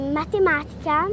matematica